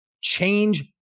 change